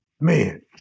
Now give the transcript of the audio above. Man